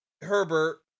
Herbert